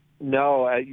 No